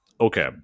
okay